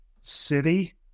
city